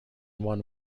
one